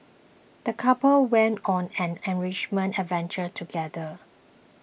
the couple went on an enriching adventure together